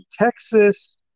Texas